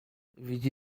widzi